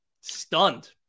stunned